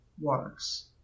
works